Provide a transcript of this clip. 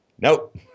Nope